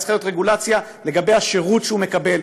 צריכה להיות רגולציה של השירות שהוא מקבל.